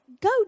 go